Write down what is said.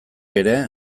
ere